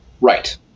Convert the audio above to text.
Right